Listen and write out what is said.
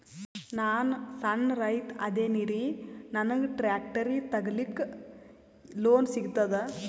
ನಾನ್ ಸಣ್ ರೈತ ಅದೇನೀರಿ ನನಗ ಟ್ಟ್ರ್ಯಾಕ್ಟರಿ ತಗಲಿಕ ಲೋನ್ ಸಿಗತದ?